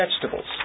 vegetables